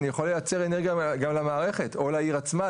אני יכול לייצר אנרגיה גם למערכת או לעיר עצמה,